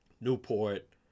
Newport